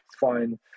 fine